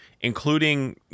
including